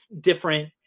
different